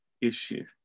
issue